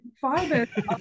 five